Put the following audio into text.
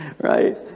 right